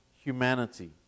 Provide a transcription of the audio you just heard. humanity